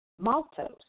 Maltose